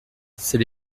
c’est